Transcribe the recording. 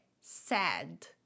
sad